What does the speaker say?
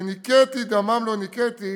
ונקיתי דמם לא נקיתי,